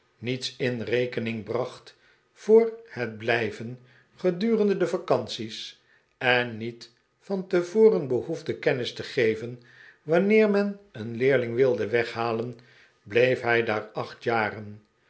niets in rekening bracht voor het blijven gedurende de vacanties en niet van tevoren behoefde kennis te geven wanneer men een leerling wilde weghalen bleef hij daar acht jaren